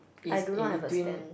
I do not have a stand